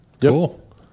Cool